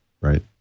right